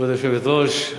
כבוד היושבת-ראש,